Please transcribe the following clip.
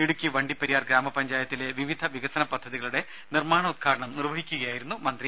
ഇടുക്കി വണ്ടിപ്പെരിയാർ ഗ്രാമപഞ്ചായത്തിലെ വിവിധ വികസന പദ്ധതികളുടെ നിർമ്മാണോദ്ഘാടനം നിർവഹിക്കുകയായിരുന്നു മന്ത്രി